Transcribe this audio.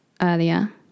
earlier